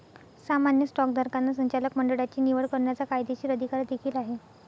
सामान्य स्टॉकधारकांना संचालक मंडळाची निवड करण्याचा कायदेशीर अधिकार देखील आहे